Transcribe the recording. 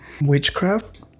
witchcraft